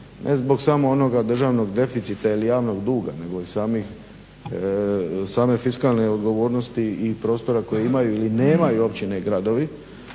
Ne zbog samo onoga državnog deficita ili javnog duga, nego i same fiskalne odgovornosti i prostora koji imaju ili nemaju općine i gradovi.